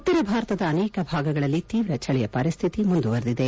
ಉತ್ತರ ಭಾರತದ ಅನೇಕ ಭಾಗಗಳಲ್ಲಿ ತೀವ್ರ ಚಳಿ ಪರಿಸ್ಟಿತಿ ಮುಂದುವರಿದಿದೆ